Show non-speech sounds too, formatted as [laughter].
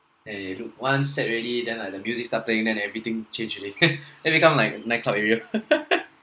and you look once set already then like the music start playing then everything change already [laughs] then become like nightclub area [laughs]